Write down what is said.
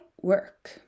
work